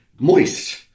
moist